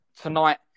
tonight